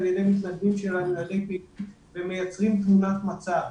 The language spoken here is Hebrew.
על ידי מתנדבים שלנו ומייצרים תמונת מצב,